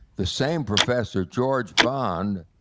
the same professor, george bond,